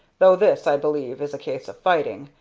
though this, i believe, is a case of fighting,